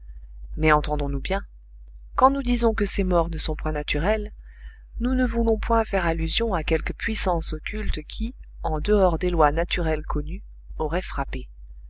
mais entendons-nous bien quand nous disons que ces morts ne sont point naturelles nous ne voulons point faire allusion à quelque puissance occulte qui en dehors des lois naturelles connues aurait frappé